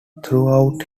throughout